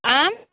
आम